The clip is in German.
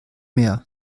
meer